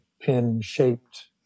pin-shaped